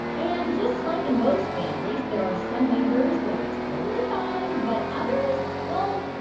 and just like in most families, there are some members that are totally fine but others well,